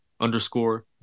underscore